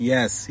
Yes